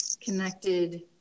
connected